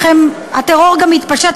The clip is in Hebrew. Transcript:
אך הטרור מתפשט,